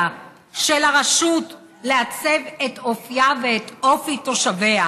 של הרשות לעצב את אופייה ואת אופי תושביה,